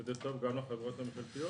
וזה טוב גם לחברות הממשלתיות.